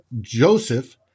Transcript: Joseph